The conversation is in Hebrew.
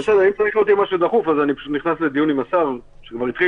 כך נוכל לקיים את הדיון ולא להגיע שוב מרוטים